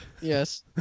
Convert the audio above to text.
Yes